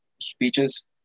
speeches